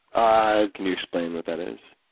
ah can you explain what that is?